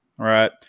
Right